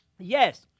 Yes